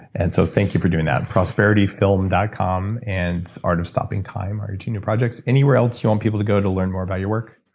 and so thank you for doing that prosperityfilm dot com and the art of stopping time are two new projects anywhere else you want people to go to learn more about your work?